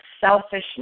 selfishness